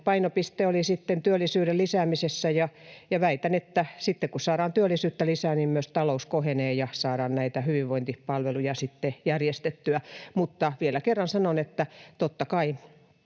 painopiste oli sitten työllisyyden lisäämisessä, ja väitän, että sitten kun saadaan työllisyyttä lisää, myös talous kohenee ja saadaan näitä hyvinvointipalveluja sitten järjestettyä. Mutta vielä kerran sanon, että totta kai